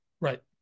Right